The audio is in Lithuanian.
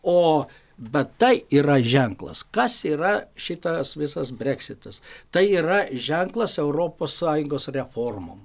o bet tai yra ženklas kas yra šitas visas breksitas tai yra ženklas europos sąjungos reformom